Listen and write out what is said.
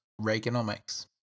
Reaganomics